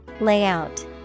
Layout